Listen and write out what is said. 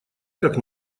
как